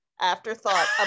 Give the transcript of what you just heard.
afterthought